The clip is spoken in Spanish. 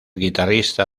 guitarrista